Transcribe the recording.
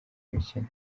mikino